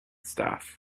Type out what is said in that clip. stuff